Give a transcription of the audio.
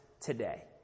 today